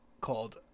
called